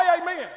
amen